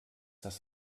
das